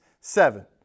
seven